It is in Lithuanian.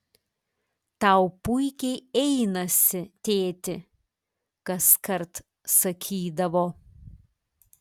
tau puikiai einasi tėti kaskart sakydavo